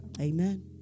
Amen